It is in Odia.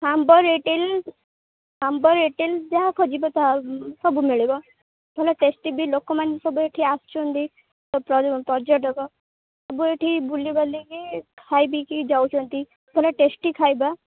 ସାମ୍ବର ଇଡିଲି ସାମ୍ବର ଇଡିଲି ଯାହା ଖୋଜିବେ ତାହା ସବୁ ମିଳିବ ଭଲ ଟେଷ୍ଟି ବି ଲୋକମାନେ ସବୁ ଏଠି ଆସୁଛନ୍ତି ପର୍ଯ୍ୟଟକ ସବୁ ଏଠି ବୁଲି ବାଲିକି ଖାଇ ପିଇକି ଯାଉଛନ୍ତି ଭଲ ଟେଷ୍ଟି ଖାଇବା